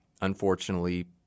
unfortunately